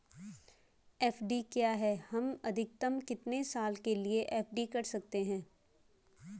FD क्या है हम अधिकतम कितने साल के लिए एफ.डी कर सकते हैं?